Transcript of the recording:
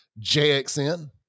JXN